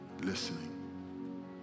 listening